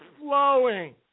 flowing